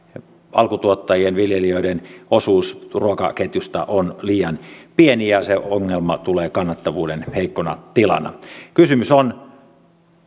alkutuottajien viljelijöiden osuus ruokaketjusta on liian pieni ja se ongelma tulee kannattavuuden heikkona tilana kysymys on